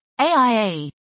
AIA